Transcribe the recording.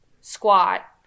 squat